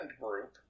group